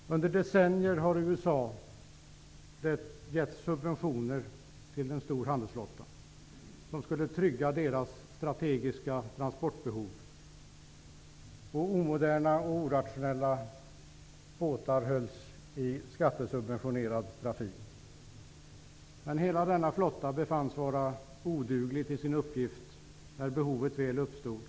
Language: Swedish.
Under decennier har USA gett subventioner till en stor handelsflotta som skulle trygga det strategiska transportbehovet. Omoderna och orationella båtar behölls i skattesubventionerad trafik. Men hela denna flotta befanns vara oduglig för sin uppgift när behov väl uppstod.